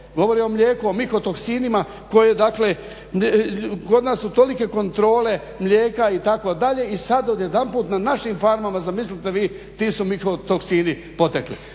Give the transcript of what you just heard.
govori o mlijeku, o mihotoksinima koje dakle, kod nas su tolike kontrole mlijeka itd. i sad odjedanput na našim farmama zamislite vi ti su mihotoksini potekli.